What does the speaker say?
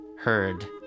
heard